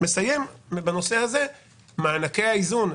מענקי האיזון,